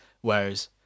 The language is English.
Whereas